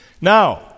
Now